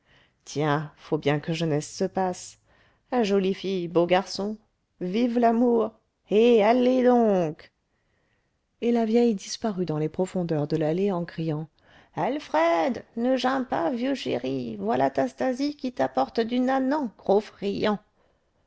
tiens faut bien que jeunesse se passe à jolie fille beau garçon vive l'amour et alllllez donc et la vieille disparut dans les profondeurs de l'allée en criant alfred ne geins pas vieux chéri voilà ta stasie qui t'apporte du nanan gros friand